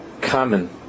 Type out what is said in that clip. common